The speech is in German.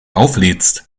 auflädst